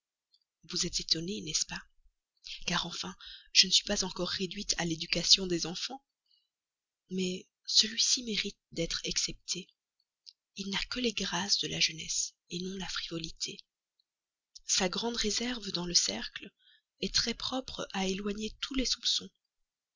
vous êtes étonné n'est-ce pas car enfin je ne suis pas encore réduite à l'éducation des enfants mais celui-là mérite d'être excepté il n'a que les grâces de la jeunesse non la frivolité sa grande réserve dans le cercle est très propre à éloigner tous les soupçons